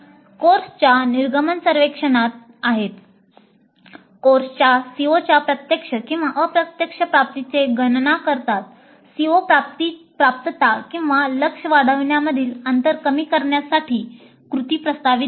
कोर्सच्या निर्गमन सर्वेक्षणात आहेत कोर्सच्या COच्या प्रत्यक्ष किंवा अप्रत्यक्ष प्राप्तीचे गणना करतात CO प्राप्तता किंवा लक्ष्य वाढवण्यामधील अंतर कमी करण्यासाठी कृती प्रस्तावित करणे